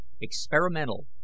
experimental